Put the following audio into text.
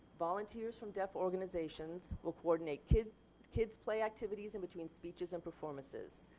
volunteers from deaf organizations will coordinate kids kids play activities in between speeches and performances.